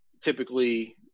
typically